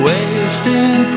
Wasting